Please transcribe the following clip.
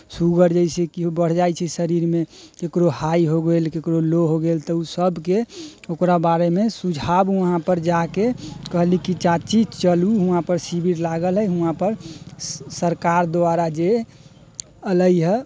sugar जैसेकि बढ़ि जाइत छै शरीरमे ककरो हाइ हो गेल ककरो लो हो गेल तऽ ओसभके ओकरा बारेमे सुझाव वहाँपर जा कऽ कहली कि चाची चलू वहाँपर शिविर लागल हइ वहाँपर सरकार द्वारा जे अयलै हे